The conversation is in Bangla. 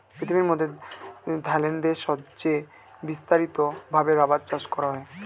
পৃথিবীর মধ্যে থাইল্যান্ড দেশে সবচে বিস্তারিত ভাবে রাবার চাষ করা হয়